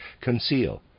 conceal